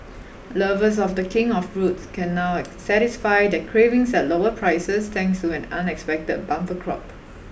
lovers of the king of fruits can now satisfy their cravings at lower prices thanks to an unexpected bumper crop